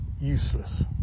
useless